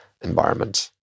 environment